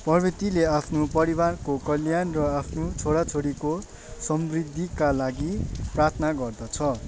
परेवतीले आफ्नो परिवारको कल्याण र आफ्ना छोरा छोरीको समृद्धिका लागि प्रार्थना गर्दछ